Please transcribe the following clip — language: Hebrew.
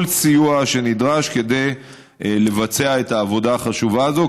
בכל סיוע שנדרש כדי לבצע את העבודה החשובה הזאת,